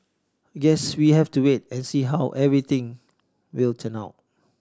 guess we'll have to wait and see how everything will turn out